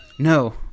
No